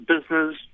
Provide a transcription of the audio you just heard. business